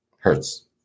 hurts